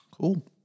Cool